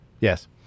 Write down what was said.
yes